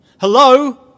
Hello